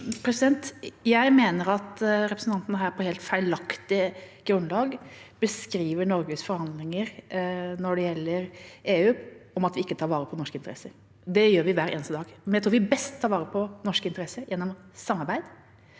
Jeg mener at representanten her på helt feilaktig grunnlag beskriver Norges forhandlinger når det gjelder EU, som at vi ikke tar vare på norske interesser. Det gjør vi hver eneste dag, men jeg tror vi best tar vare på norske interesser gjennom samarbeid,